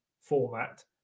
format